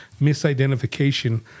misidentification